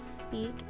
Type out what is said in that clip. speak